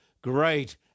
great